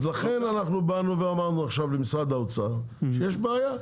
אז לכן באנו ואמרנו עכשיו למשרד האוצר שיש בעיה.